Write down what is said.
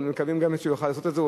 אנחנו מקווים גם שהוא יוכל לעשות את זה.